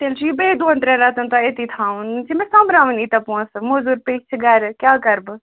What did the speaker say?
تیٚلہِ چھُ یہِ بیٚیہِ دۄن ترٛٮ۪ن رٮ۪تن تام أتی تھاوُن یِم چھِ مےٚ سۄمبراوٕنۍ ییٖتیٛاہ پونٛسہٕ موٚضوٗرۍ تہٕ یہِ تہِ چھِ گرِ کیٛاہ کَرٕ بہٕ